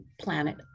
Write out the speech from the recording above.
planet